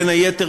בין היתר,